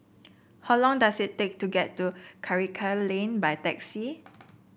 how long does it take to get to Karikal Lane by taxi